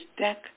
deck